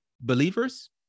believers